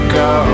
go